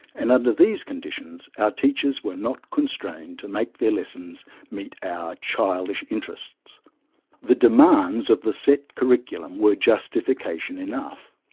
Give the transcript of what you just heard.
and under these conditions our teachers were not constrained to make their lessons meet our childish interests the demands of the set curriculum were justification enough.